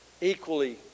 equally